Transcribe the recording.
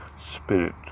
Spirit